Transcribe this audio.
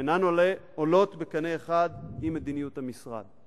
שאינן עולות בקנה אחד עם מדיניות המשרד.